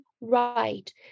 Right